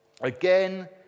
again